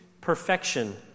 perfection